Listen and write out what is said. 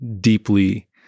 deeply